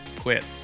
quit